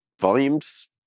Volume's